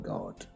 God